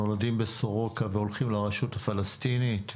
נולדים בסורוקה והולכים לרשות הפלסטינית,